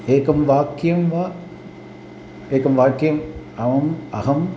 एकं वाक्यं वा एकं वाक्यम् आम् अहम्